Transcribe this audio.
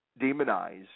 Demonized